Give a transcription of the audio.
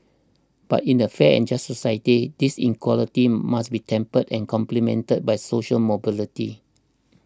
but in a fair and just society this inequality must be tempered and complemented by social mobility